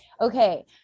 okay